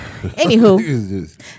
Anywho